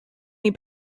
many